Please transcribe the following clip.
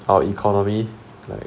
our economy